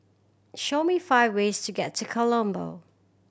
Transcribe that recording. show me five ways to get to Colombo